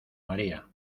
maría